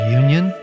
union